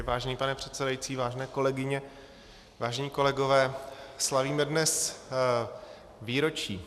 Vážený pane předsedající, vážené kolegyně, vážení kolegové, slavíme dnes výročí.